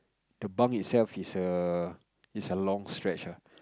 the bunk itself is a is a long stretch ah